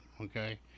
okay